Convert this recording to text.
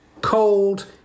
cold